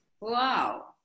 Wow